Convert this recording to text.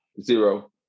Zero